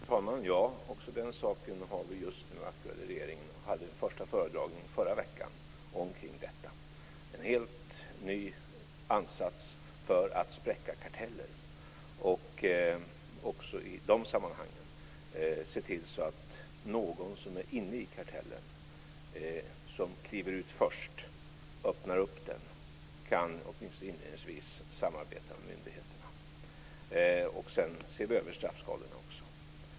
Fru talman! Ja, också den saken är nu aktuell i regeringen. Vi hade en första föredragning om detta förra veckan. Det är en helt ny ansats för att spräcka karteller, och vi ska också i dessa sammanhang se till att någon som är inne i kartellen, men kliver ur först, åtminstone inledningsvis kan samarbeta med myndigheterna. Vi ser också över straffskalorna.